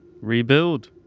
Rebuild